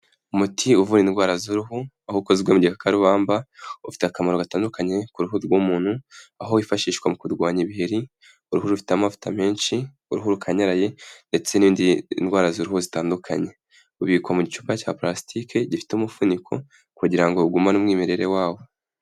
Umuti uvura indwara z'uruhu, aho zigamibyerubamba ufite akamaro gatandukanye ku ruhu rw'umuntu, aho wifashishwa mu kurwanya ibiheri, uruhu rufite amavuta menshi, uruhu rukanyaraye ndetse n'indi ndwara z'uruhu zitandukanye. Ubikwa mu gicupa cya parasitike gifite umufuniko kugira ngo ugumane umwimerere wawo.